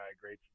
great